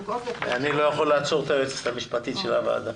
אני לא יכול לעצור את היועצת המשפטית של הוועדה.